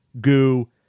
Goo